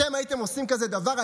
אתם הייתם עושים כזה דבר?